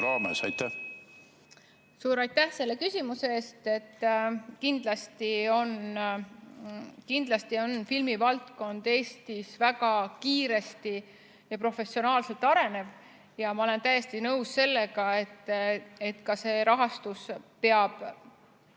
raames? Suur aitäh selle küsimuse eest! Kindlasti filmivaldkond Eestis väga kiiresti ja professionaalselt areneb. Ma olen täiesti nõus sellega, et ka rahastus peab